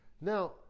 Now